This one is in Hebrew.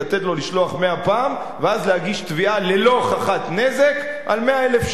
לתת לו לשלוח מאה פעם ואז להגיש תביעה ללא הוכחת נזק על 100,000 שקל.